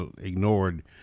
ignored